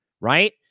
right